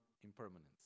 impermanence